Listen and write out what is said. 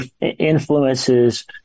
influences